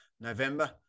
November